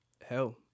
Hell